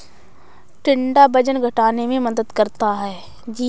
टिंडा वजन घटाने में मदद करता है